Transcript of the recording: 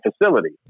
facility